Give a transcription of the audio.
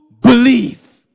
believe